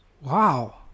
Wow